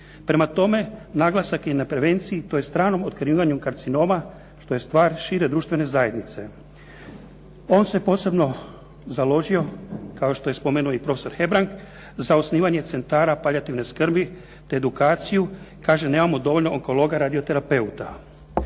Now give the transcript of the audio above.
Prema tome, naglasak je na prevenciji tj. ranom otkrivanju karcinoma što je stvar šire društvene zajednice. On se posebno založio kao što je spomenuo i profesor Hebrang za osnivanje centara paljativne skrbi, te edukaciju, kaže nemamo dovoljno onkologa radioterapeuta.